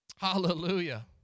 Hallelujah